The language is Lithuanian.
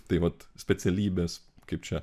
tai vat specialybės kaip čia